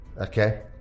Okay